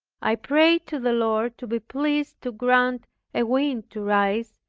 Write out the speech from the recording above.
i prayed to the lord to be pleased to grant a wind to rise,